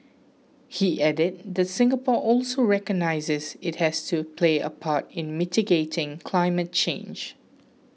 he added that Singapore also recognises it has to play a part in mitigating climate change